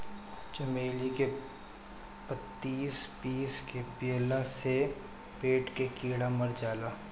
चमेली के पतइ पीस के पियला से पेट के कीड़ा मर जाले